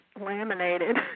laminated